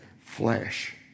flesh